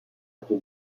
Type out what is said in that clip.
été